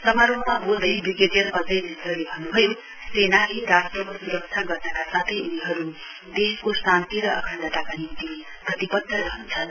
समारोहमा वोल्दै विग्रेडियर अजय मिश्रले भन्नुभयो सेनाले राष्ट्रको सुरक्षा गर्नका साथै उनीहरु देशको शान्ति र अखण्डताका निम्ति प्रतिबध्द रहन्छन्